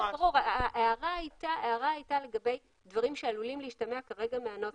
ההערה הייתה לגבי דברים שעלולים להשתמע כרגע מהנוסף.